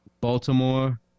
Baltimore